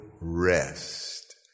rest